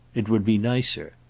it would be nicer.